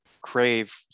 crave